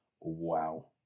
wow